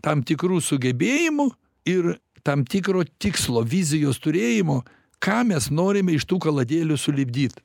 tam tikrų sugebėjimų ir tam tikro tikslo vizijos turėjimo ką mes norime iš tų kaladėlių sulipdyt